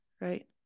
right